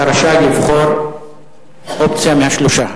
אתה רשאי לבחור אופציה מהשלוש.